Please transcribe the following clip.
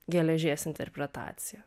geležies interpretaciją